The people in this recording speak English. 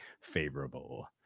favorable